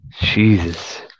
Jesus